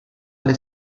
alle